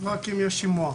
רק אם יש שימוע.